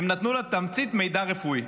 והם נתנו לה תמצית מידע רפואי.